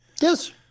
Yes